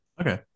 Okay